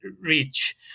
reach